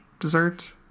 dessert